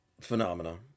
phenomena